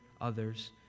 others